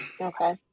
Okay